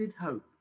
hope